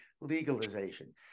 legalization